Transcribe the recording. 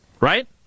right